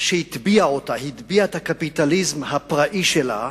שהטביע אותה, הטביע את הקפיטליזם הפראי שלה,